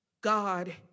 God